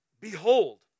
behold